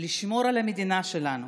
לשמור על המדינה שלנו,